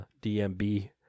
DMB